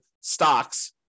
stocks